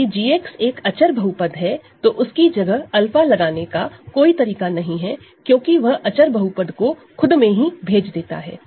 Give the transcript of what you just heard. यदि g एक constant polynomial है तो उसकी जगह 𝛂 लगाने का कोई तरीका नहीं है क्योंकि वह कांस्टेंट पॉलिनॉमियल को खुद में ही भेज देता है